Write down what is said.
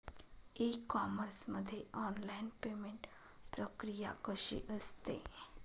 E commerce मध्ये online payment प्रक्रिया कशी असते?